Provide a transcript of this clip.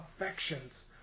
affections